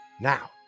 now